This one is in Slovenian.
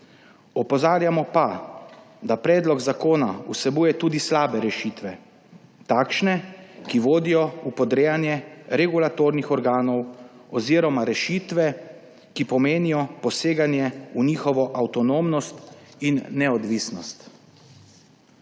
Opozarjamo pa, da predlog zakona vsebuje tudi slabe rešitve, takšne, ki vodijo v podrejanju regulatornih organov, oziroma rešitve, ki pomenijo poseganje v njihovo avtonomnost in neodvisnost.